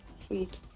Sweet